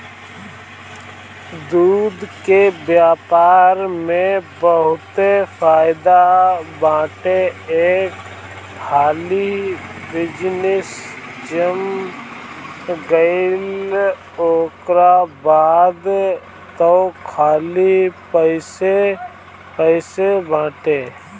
दूध के व्यापार में बहुते फायदा बाटे एक हाली बिजनेस जम गईल ओकरा बाद तअ खाली पइसे पइसे बाटे